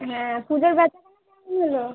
হ্যাঁ পুজোর বেচা কেনা কেমন হলো